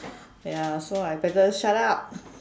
ya so I better shut up